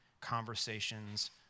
conversations